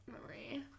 memory